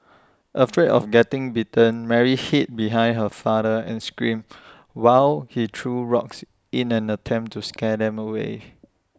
afraid of getting bitten Mary hid behind her father and screamed while he threw rocks in an attempt to scare them away